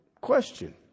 question